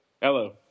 Hello